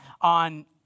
on